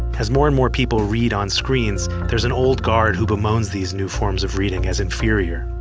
as more and more people read on screens, there's an old guard who bemoans these new forms of reading as inferior.